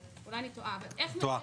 אולי אני טועה --- את טועה.